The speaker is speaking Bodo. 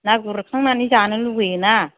ना गुरखांनानै जानो लुबैयो ना